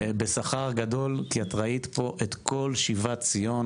בשכר גדול כי את ראית פה את כל שיבת ציון